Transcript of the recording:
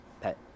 Pet